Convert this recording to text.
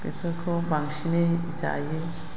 बेफोरखौ बांसिनै जायो